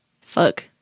Fuck